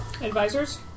Advisors